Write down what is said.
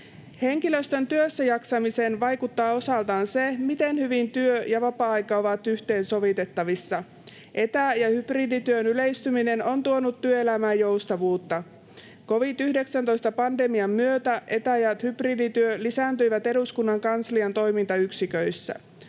Henkilöstön työssäjaksamiseen vaikuttaa osaltaan se, miten hyvin työ ja vapaa-aika ovat yhteensovitettavissa. Etä- ja hybridityön yleistyminen on tuonut työelämään joustavuutta. Covid-19-pandemian myötä etä- ja hybridityö lisääntyivät eduskunnan kanslian toimintayksiköissä.